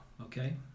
Okay